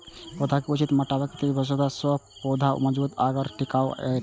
पौधा के उचित मोटापा कतेक भेला सौं पौधा मजबूत आर टिकाऊ हाएत?